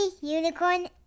unicorn